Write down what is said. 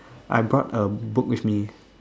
I brought a book with me